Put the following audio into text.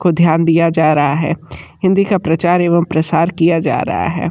को ध्यान दिया जा रहा है हिंदी का प्रचार एवं प्रसार किया जा रहा है